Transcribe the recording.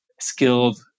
skilled